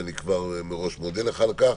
וכבר מראש אני מודה לך על כך.